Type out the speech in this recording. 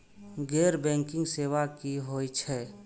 गैर बैंकिंग सेवा की होय छेय?